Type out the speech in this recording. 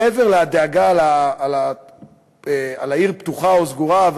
מעבר לדאגה על העיר פתוחה או סגורה,